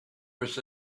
was